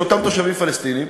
של אותם תושבים פלסטינים,